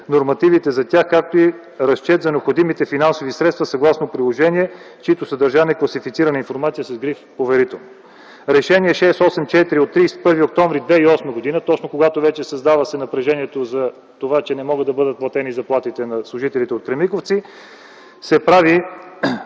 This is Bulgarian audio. нормативите за тях, както и разчет за необходимите финансови средства съгласно приложение, чието съдържание е класифицирана информация с гриф „Поверително!”. С Решение № 684 от 31 октомври 2008 г., точно когато вече се създава напрежението за това, че не могат да бъдат платени заплатите на служителите от „Кремиковци”, се прави